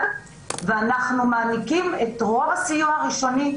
ואנחנו מעניקים את רוב הסיוע הראשוני,